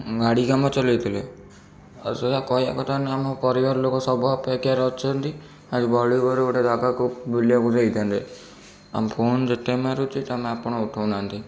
ଗାଡ଼ି କାମ ଚଲାଇଥିଲେ ଆଉ ସେଇୟା କହିବା କଥା ନା ମୋ ପରିବାର ଲୋକ ସବୁ ଅପେକ୍ଷାରେ ଅଛନ୍ତି ଆଜି ବଡ଼ି ଭୋରୁ ଗୋଟେ ଜାଗାକୁ ବୁଲିବାକୁ ଯାଇଥାନ୍ତେ ଆମେ ଫୋନ ଯେତେ ମାରୁଛି ତୁମେ ଆପଣ ଉଠାଉ ନାହାଁନ୍ତି